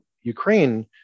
ukraine